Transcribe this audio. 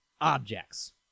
Objects